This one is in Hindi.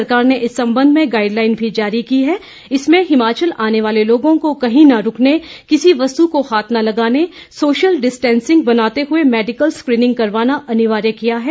सरकार ने इस सबंध में गाईडलाईन भी जारी की है इसमें हिमाचल आने वाले लोगों को कहीं न रूकने किसी वस्तु को हाथ न लगाने सोशल डिस्टैंसिंग बनाते हुए मैडिकल स्क्रींनिंग करवाना अनिवार्य किया है